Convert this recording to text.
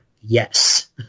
Yes